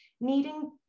needing